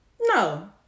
No